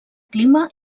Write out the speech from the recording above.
clima